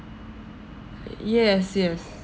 yes yes